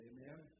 Amen